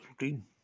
routine